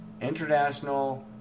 international